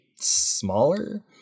smaller